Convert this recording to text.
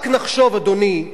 רק נחשוב, אדוני,